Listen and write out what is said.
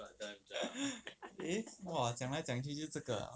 eh !wah! 讲来讲去就是这个 liao